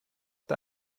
der